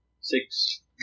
Six